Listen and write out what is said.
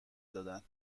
دادن